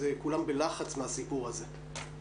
כולם בלחץ מהסיפור הזה.